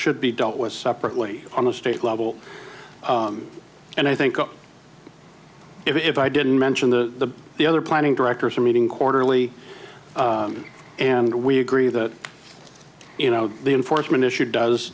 should be dealt with separately on the state level and i think up if i didn't mention the the other planning directors are meeting quarterly and we agree that you know the enforcement issue does